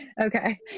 Okay